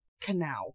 canal